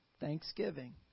thanksgiving